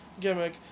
gimmick